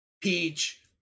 Peach